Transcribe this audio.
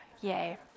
Yay